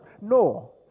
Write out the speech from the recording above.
no